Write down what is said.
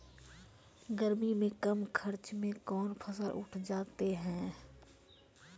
गर्मी मे कम खर्च मे कौन फसल उठ जाते हैं?